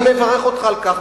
אני מברך אותך על כך,